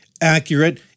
accurate